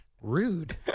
Rude